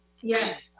Yes